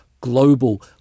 global